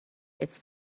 its